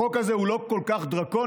החוק הזה הוא לא כל כך דרקוני,